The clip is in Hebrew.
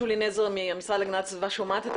שולי נזר מהמשרד להגנת הסביבה שומעת את